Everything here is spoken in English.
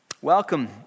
Welcome